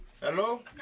hello